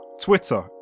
Twitter